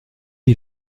est